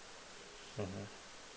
mmhmm